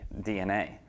DNA